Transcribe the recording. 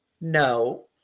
no